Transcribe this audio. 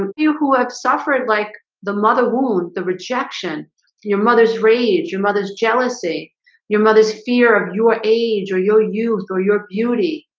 you who have suffered like the mother wound the rejection your mother's rage your mother's jealousy your mother's fear of your age or your youth or your beauty,